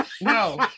no